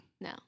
No